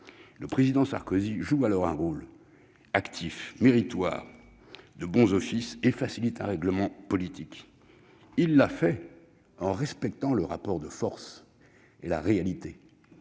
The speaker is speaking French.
Nicolas Sarkozy joue alors un rôle actif et méritoire de bons offices et facilite un règlement politique. Il l'a fait en respectant le rapport de force et la réalité.